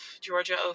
Georgia